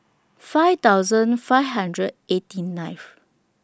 five thousand five hundred eighty nineth